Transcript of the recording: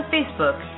Facebook